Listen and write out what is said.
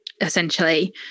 essentially